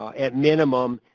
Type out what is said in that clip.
at minimum,